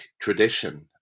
tradition